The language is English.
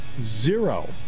Zero